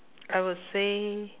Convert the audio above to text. I would say